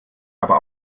aber